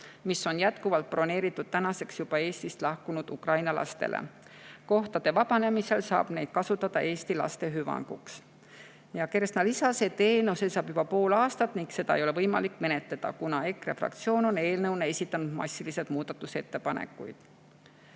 mis on jätkuvalt broneeritud tänaseks juba Eestist lahkunud Ukraina lastele. Kohtade vabanemise korral saab neid kasutada Eesti laste hüvanguks. Kersna lisas, et eelnõu seisab juba pool aastat ning seda ei ole võimalik menetleda, kuna EKRE fraktsioon on eelnõu kohta esitanud massiliselt muudatusettepanekuid.